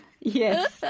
Yes